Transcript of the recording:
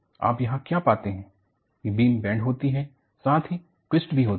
आप यहां क्या पाते हैं कि बीम बेन्ड होती है साथ ही टविस्ट भी होती है